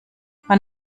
man